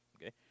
okay